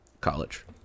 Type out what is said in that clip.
College